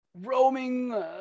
roaming